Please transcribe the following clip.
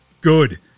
Good